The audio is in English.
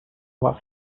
was